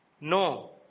No